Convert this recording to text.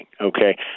okay